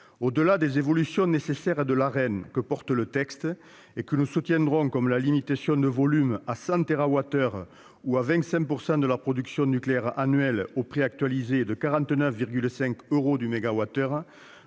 Au-delà des évolutions nécessaires de l'Arenh qui figurent dans le texte et que nous soutiendrons, comme la limitation de volume à 100 térawattheures ou à 25 % de la production nucléaire annuelle, au prix actualisé de 49,50 euros